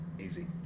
Easy